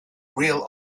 real